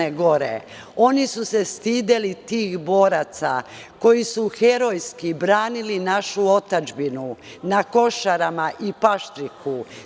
Oni su se stideli tih boraca koji su herojski branili našu otadžbinu na Košarama i Paštriku.